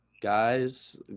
guys